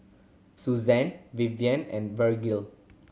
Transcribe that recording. Suzanna Vivian and Vergil